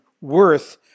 worth